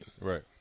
Right